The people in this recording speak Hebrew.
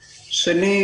שנית,